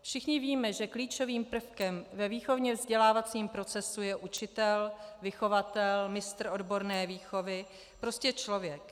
Všichni víme, že klíčovým prvkem ve výchovně vzdělávacím procesu je učitel, vychovatel, mistr odborné výchovy, prostě člověk.